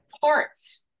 parts